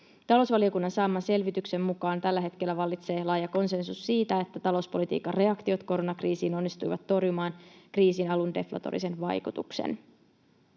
Talousvaliokunnan saaman selvityksen mukaan tällä hetkellä vallitsee laaja konsensus siitä, että talouspolitiikan reaktiot koronakriisiin onnistuivat torjumaan kriisin alun deflatorisen vaikutuksen.